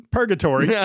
Purgatory